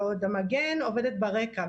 בעוד המגן עובדת ברקע.